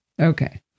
Okay